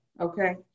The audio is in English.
Okay